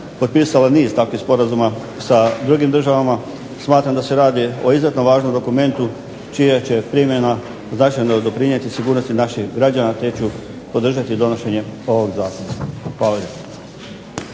potpisala niz takvih sporazuma sa drugim državama, smatram da se radi o izuzetno važnom dokumentu čija će primjena značajno doprinijeti sigurnosti naših građana te ću podržati donošenje ovog zakona.